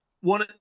One